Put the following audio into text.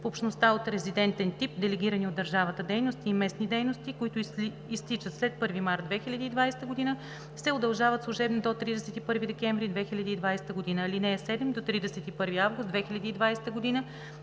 в общността от резидентен тип, делегирани от държавата дейности и местни дейности, които изтичат след 1 март 2020 г., се удължават служебно до 31 декември 2020 г. (7) До 31 август 2020 г.